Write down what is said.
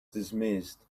dismissed